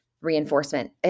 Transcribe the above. reinforcement